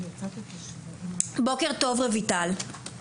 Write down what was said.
בוקר טוב רויטל.